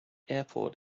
airport